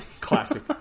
Classic